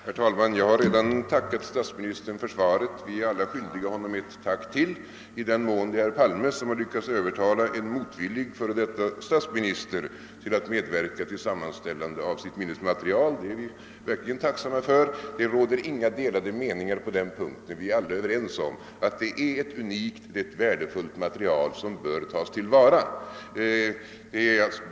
Herr talman! Jag har redan tackat statsministern för svaret. Vi är alla skyldiga honom ännu ett tack, i den mån det är herr Palme som har lyckats övertala en motvillig f. d. statsminister att medverka till ett sammanställande av sitt minnesmaterial. Därvidlag råder inga delade meningar; vi är alla mycket tacksamma. Och vi är överens om att här finns ett unikt och värdefullt material, som bör tas till vara.